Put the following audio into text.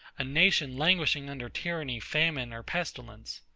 a nation languishing under tyranny, famine, or pestilence.